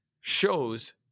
shows